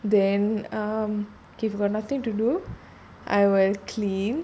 then um K if got nothing to do I will clean